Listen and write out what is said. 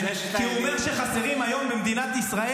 כי הוא אומר שחסרים היום במדינת ישראל